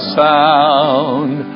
sound